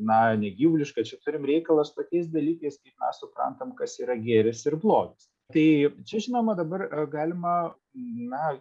na ne gyvuliška čia turim reikalą su tokiais dalykais kaip mes suprantam kas yra gėris ir blogis tai čia žinoma dabar galima na